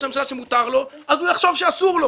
הממשלה שמותר לו אז הוא יחשוב שאסור לו.